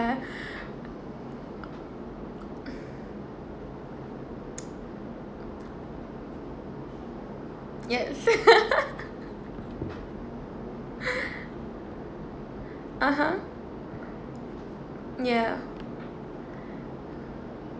yes (uh huh) ya